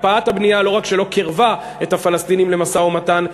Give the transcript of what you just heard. הקפאת הבנייה לא רק שלא קירבה את הפלסטינים למשא-ומתן,